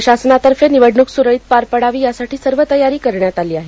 प्रशासनातर्फे निवडणुक सुरळीत पार पडावी यासाठी सर्व तयारी करण्यात आली आहे